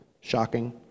shocking